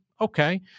okay